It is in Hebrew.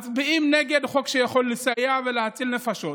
מצביעים נגד חוק שיכול לסייע ולהציל נפשות.